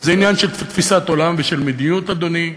זה עניין של תפיסת עולם ושל מדיניות, אדוני,